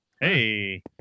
hey